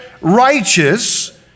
righteous